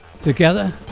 together